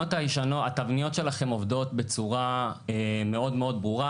התבניות שלכם עובדות בצורה מאוד מאוד ברורה,